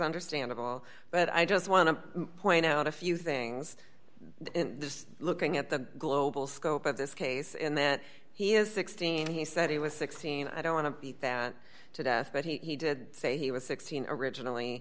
understandable but i just want to point out a few things just looking at the global scope of this case in that he is sixteen he said he was sixteen i don't want to beat that to death but he did say he was sixteen originally